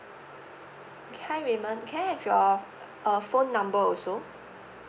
hi raymond can I have your uh phone number also